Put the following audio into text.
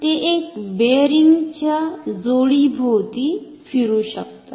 आणि ते एक बिअरिंग च्या जोडीभोवती फिरू शकतात